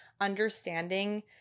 understanding